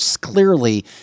clearly